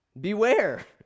Beware